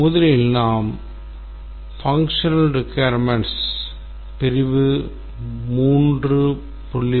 முதலில் நாம் செயல்பாட்டுத் தேவைகளை பிரிவு 3